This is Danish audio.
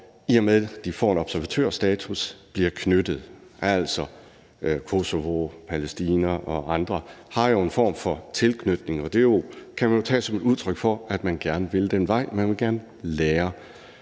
i og med at de får en observatørstatus, bliver tilknyttet, altså Kosovo, Palæstina og andre har jo en form for tilknytning. Det kan man tage som et udtryk for, at man gerne vil den vej. Man vil gerne lære.